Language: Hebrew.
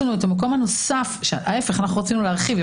אנחנו רצינו להרחיב.